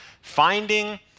Finding